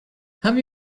have